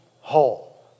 whole